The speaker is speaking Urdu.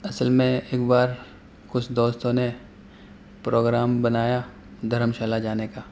اصل میں ایک بار کچھ دوستوں نے پروگرام بنایا دھرم شالہ جانے کا